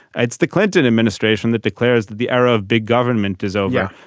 it's the clinton administration that declares that the era of big government is over.